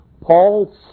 Paul